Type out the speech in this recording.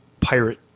pirate